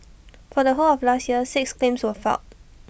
for the whole of last year six claims were filed